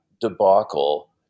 debacle